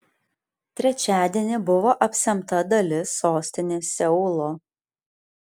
trečiadienį buvo apsemta dalis sostinės seulo